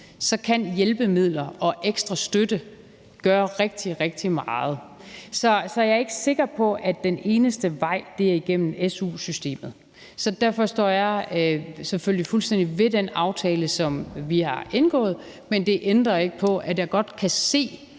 kan hjælpemidler og ekstra støtte gøre rigtig meget. Så jeg er ikke sikker på, at den eneste vej er igennem su-systemet. Derfor står jeg selvfølgelig fuldstændig ved den aftale, som vi har indgået, men det ændrer ikke på, at jeg godt kan se,